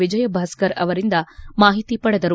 ವಿಜಯಭಾಸ್ಕರ್ ಅವರಿಂದ ಮಾಹಿತಿ ಪಡೆದರು